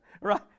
Right